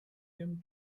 him